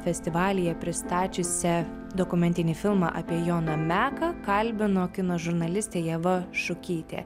festivalyje pristačiusią dokumentinį filmą apie joną meką kalbino kino žurnalistė ieva šukytė